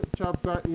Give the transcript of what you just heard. chapter